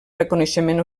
reconeixement